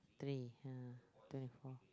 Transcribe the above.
three ah twenty four